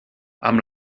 amb